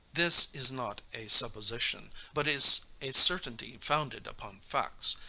this is not a supposition, but is a certainty founded upon facts,